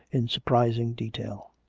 in surprising detail.